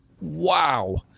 wow